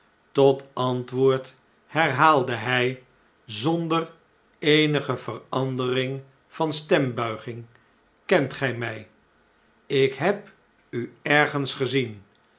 tot antwoord herhaalde hij zonder eenige verandering van stembuiging kent gij mij lk heb u ergens gezien